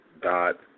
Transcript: dot